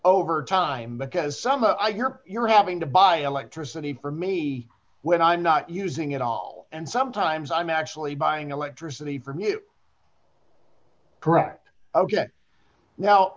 over time because somehow i hear you're having to buy electricity for me when i'm not using it all and sometimes i'm actually buying electricity from you correct ok now